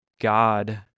god